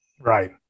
Right